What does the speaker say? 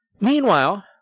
Meanwhile